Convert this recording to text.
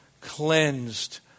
cleansed